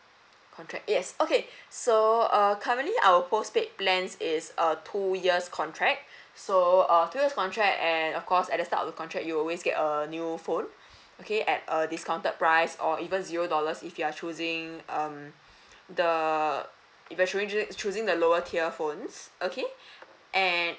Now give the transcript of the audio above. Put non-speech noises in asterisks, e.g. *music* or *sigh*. contract yes okay *breath* so uh currently our post paid plans is uh two years contract *breath* so uh two years contract and of course at the start of the contract you will always get a new phone *breath* okay at a discounted price or even zero dollars if you are choosing um *breath* the if you are ch~ choosing the lower tier phones okay *breath* and